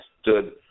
stood